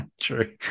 True